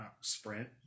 Sprint